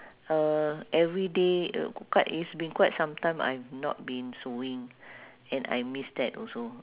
uh everyday quite it's been quite sometime I've not been sewing and I miss that also